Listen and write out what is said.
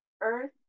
earth